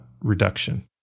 reduction